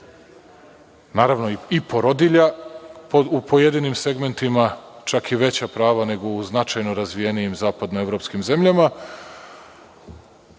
naravno i porodilja. U pojedinim segmentima čak i veća prava, nego u značajno razvijenijim zapadnoevropskim zemljama,